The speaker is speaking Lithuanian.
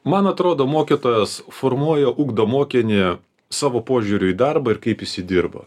man atrodo mokytojas formuoja ugdo mokinį savo požiūriu į darbą ir kaip jis jį dirba